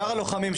שאר הלוחמים,